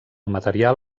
material